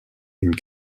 une